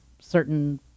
certain